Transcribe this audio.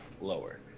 lower